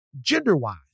gender-wise